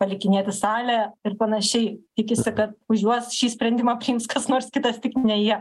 palikinėti salę ir panašiai tikisi kad už juos šį sprendimą priims kas nors kitas tik ne jie